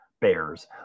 bears